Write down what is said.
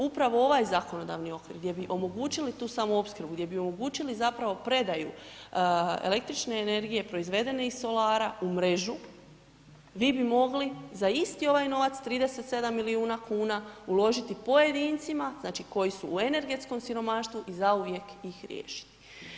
Upravo ovaj zakonodavni okvir, gdje bi omogućili tu samoopskrbu, gdje bi omogućili zapravo predaju električne energije, proizvedene iz solara u mrežu, vi bi mogli za isto ovaj novac 37 milijuna kuna uložiti pojedincima znači koji su u energetskom siromaštvu i zauvijek ih riješiti.